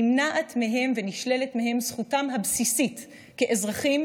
נמנעת ונשללת מהם זכותם הבסיסית כאזרחים